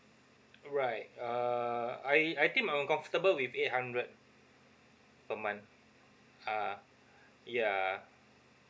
right uh I I think I'm comfortable with eight hundred per month ah yeah